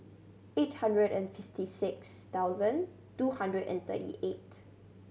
eight hundred and fifty six thousand two hundred and thirty eight